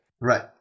Right